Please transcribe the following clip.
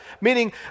meaning